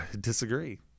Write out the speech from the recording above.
disagree